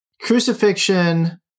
crucifixion